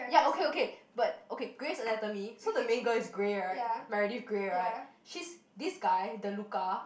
ya okay okay but okay Greys Anatomy so the main girl is grey right Meredith Grey right she's this guy Deluca